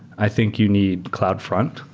i think you need cloudfront,